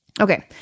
Okay